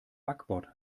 backbord